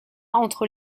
entre